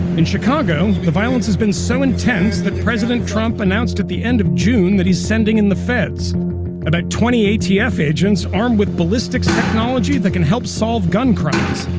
in chicago, the violence has been so intense that president trump announced at the end of june that he's sending in the feds about twenty atf agents armed with ballistics technology that can help solve gun crimes.